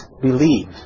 believe